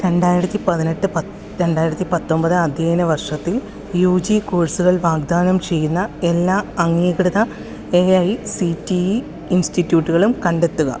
രണ്ടായിരത്തി പതിനെട്ട് പ രണ്ടായിരത്തി പത്തൊൻപത് അദ്ധ്യയന വർഷത്തിൽ യു ജി കോഴ്സുകൾ വാഗ്ദാനം ചെയ്യുന്ന എല്ലാ അംഗീകൃത A I C T E ഇൻസ്റ്റിറ്റ്യൂട്ടുകളും കണ്ടെത്തുക